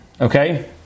Okay